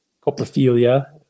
coprophilia